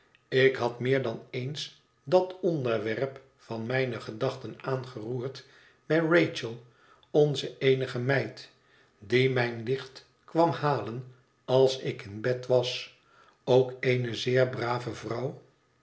ik had meer dan eens dat onderwerp van mijne gedachten aangeroerd bij rachel onze èenige meid die mijn licht kwam halen als ik in bed was ook eene zeer brave vrouw